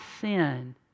sin